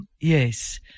Yes